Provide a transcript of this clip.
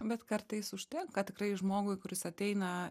bet kartais užtenka tikrai žmogui kuris ateina